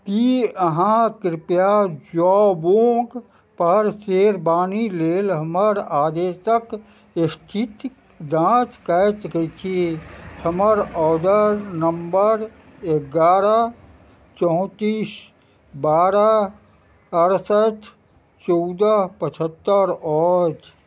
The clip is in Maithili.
कि अहाँ कृपया जोबोन्गपर शेरवानी लेल हमर आदेशके इस्थितिके जाँच कै सकै छी हमर ऑडर नम्बर एगारह चौँतिस बारह अरसठि चौदह पचहत्तरि अछि